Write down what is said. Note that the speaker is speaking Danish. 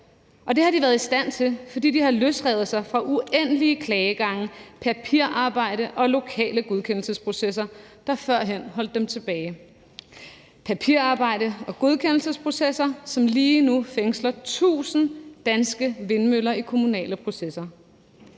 og det har de været i stand til, fordi de har løsrevet sig fra uendelige klageadgange, papirarbejde og lokale godkendelsesprocesser, der førhen holdt dem tilbage – papirarbejde og godkendelsesprocesser, som lige nu fastholder 1.000 danske vindmøller i kommunale processer.